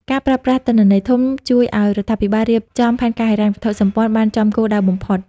ការប្រើប្រាស់ "ទិន្នន័យធំ" ជួយឱ្យរដ្ឋាភិបាលរៀបចំផែនការហេដ្ឋារចនាសម្ព័ន្ធបានចំគោលដៅបំផុត។